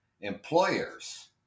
employers